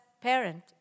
parent